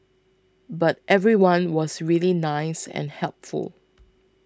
but everyone was really nice and helpful